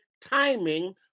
timing